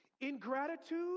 Ingratitude